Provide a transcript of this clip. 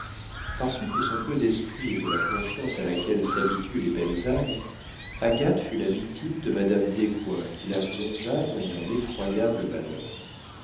par suite de son peu d'esprit et de la confiance à laquelle s'habituent les belles âmes agathe fut la victime de madame descoings qui la plongea dans un effroyable malheur